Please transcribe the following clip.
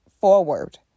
forward